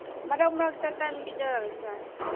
ꯃꯔꯛ ꯃꯔꯛꯇ ꯇꯟ ꯄꯤꯖꯔꯁꯨ ꯌꯥꯏ